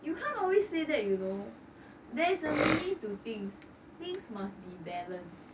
you can't always say that you know there's a meaning to things things must be balanced